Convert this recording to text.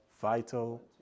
vital